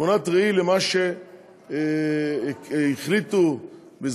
תמונת ראי של מה שהחליטו בזמנו,